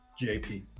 JP